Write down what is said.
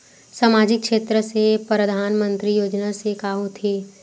सामजिक क्षेत्र से परधानमंतरी योजना से का होथे?